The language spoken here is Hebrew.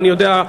אני-יודע,